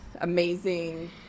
amazing